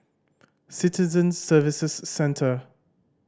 Citizen Services Centre